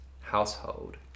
household